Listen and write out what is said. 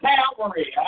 Calvary